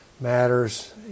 matters